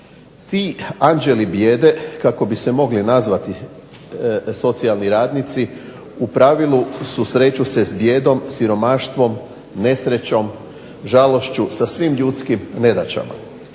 Ti anđeli bijede kako bi se mogli nazvati socijalni radnici, u pravilu susreću se sa bijedom, siromaštvom, nesrećom, žalošću, sa svim ljudskim nedaćama.